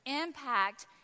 impact